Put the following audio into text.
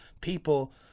people